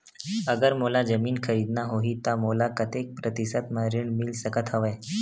अगर मोला जमीन खरीदना होही त मोला कतेक प्रतिशत म ऋण मिल सकत हवय?